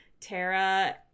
Tara